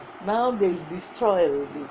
now the destroy already